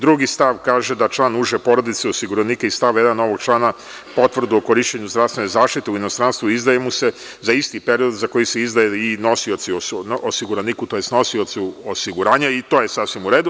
Drugi stav kaže da članu uže porodice osiguranika iz stava 1. ovog člana potvrda o korišćenju zdravstvene zaštite u inostranstvu izdaje mu se za isti period za koji se izdaje i osiguraniku, tj. nosiocu osiguranja, i to je sasvim u redu.